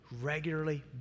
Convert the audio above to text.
regularly